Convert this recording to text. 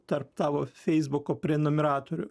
tarp tavo feisbuko prenumeratorių